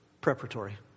preparatory